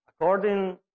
According